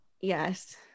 Yes